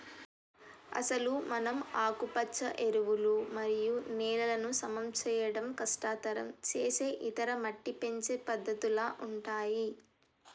అసలు మనం ఆకుపచ్చ ఎరువులు మరియు నేలలను సమం చేయడం కష్టతరం సేసే ఇతర మట్టి పెంచే పద్దతుల ఉంటాయి